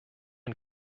and